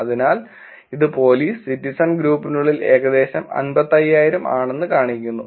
അതിനാൽ ഇത് police citizen ഗ്രൂപ്പിനുള്ളിൽ ഏകദേശം 55000 ആണെന്ന് കാണിക്കുന്നു